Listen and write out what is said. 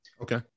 Okay